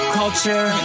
culture